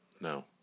No